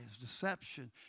deception